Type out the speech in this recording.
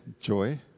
Joy